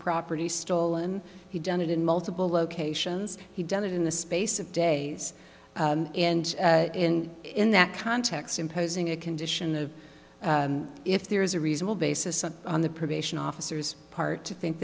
property stolen he done it in multiple locations he done it in the space of days and in in that context imposing a condition of if there is a reasonable basis on the probation officers part to think